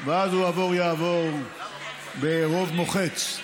ואז הוא יעבור ברוב מוחץ.